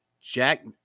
Jack